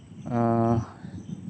ᱟᱼᱟ